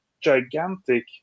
gigantic